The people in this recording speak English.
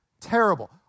terrible